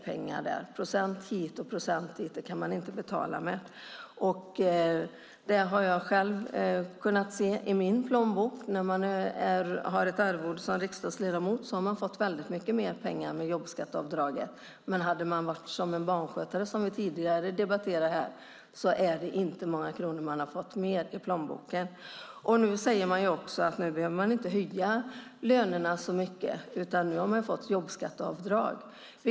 Procent hit eller dit kan man inte betala med. Som riksdagsledamot får jag mycket mer pengar med jobbskatteavdraget. En barnskötare får dock inte många kronor mer i plånboken. Dessutom säger man att lönerna inte behöver höjas på grund av jobbskatteavdraget.